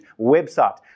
website